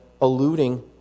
alluding